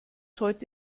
heute